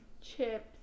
chips